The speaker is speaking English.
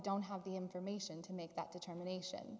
don't have the information to make that determination